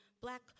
black